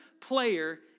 player